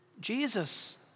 Jesus